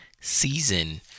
season